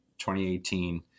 2018